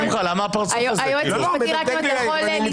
היועץ המשפטי, רק אם אתה יכול להתייחס.